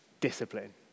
discipline